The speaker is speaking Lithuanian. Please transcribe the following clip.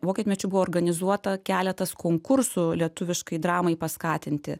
vokietmečiu buvo organizuota keletas konkursų lietuviškai dramai paskatinti